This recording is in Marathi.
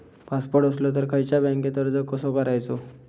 पासपोर्ट असलो तर खयच्या बँकेत अर्ज कसो करायचो?